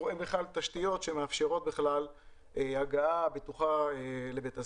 תשתיות שמאפשרות הגעה בטוחה לבית הספר.